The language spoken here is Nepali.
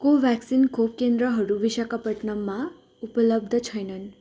कोभ्याक्सिन खोप केन्द्रहरू विशाखापट्टनममा उपलब्ध छैनन्